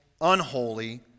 unholy